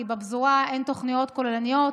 כי בפזורה אין תוכניות כוללניות,